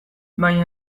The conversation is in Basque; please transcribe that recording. baina